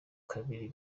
kabiri